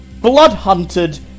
bloodhunted